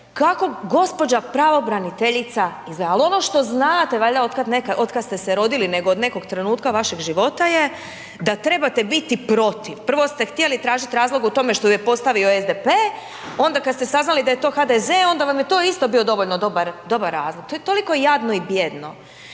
kako gospođa pravobraniteljica izgleda, ali ono što znate valjda od kada ste se rodili nego od nekog trenutka vašeg života je, da trebate biti protiv. Prvo ste htjeli tražiti razlog u tome što ju je postavio SDP, onda kada ste saznali da je to HDZ onda vam je to isto bio dovoljno dobar razlog. To je toliko jadno i bijedno